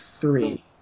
three